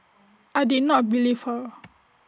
I did not believe her